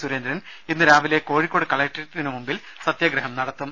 സുരേന്ദ്രൻ ഇന്ന് രാവിലെ കോഴിക്കോട് കലക്ട്രേറ്റിന് മുന്നിൽ സത്യാഗ്രഹം നടത്തും